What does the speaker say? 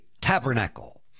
tabernacle